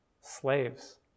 slaves